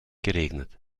geregnet